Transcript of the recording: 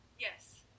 yes